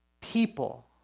people